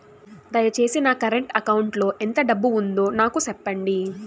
దయచేసి నా current account లో ఎంత డబ్బు ఉందో నాకు సెప్పండి